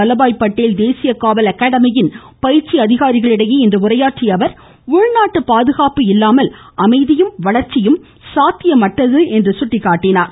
வல்லபபாய் பட்டேல் கேசிய சர்கார் அகாடமியின் பயிற்சி றைதராபாத் காவல் அதிகாரிகளிடையே இன்று உரையாற்றிய அவர் உள்நாட்டு பாதுகாப்பு இல்லாமல் அமைதியும் வளர்ச்சியும் சாத்தியமற்றது என்றார்